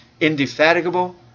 indefatigable